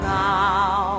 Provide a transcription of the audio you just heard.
now